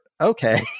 Okay